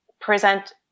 present